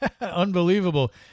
Unbelievable